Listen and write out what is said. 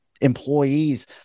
employees